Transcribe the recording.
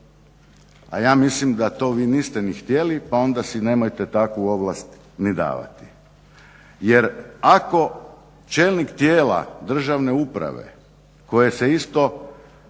a ja mislim da vi to niste ni htjeli pa si nemojte takvu ovlast ni davati jer ako čelnik tijela državne uprave koji se isto